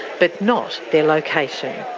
but not their location.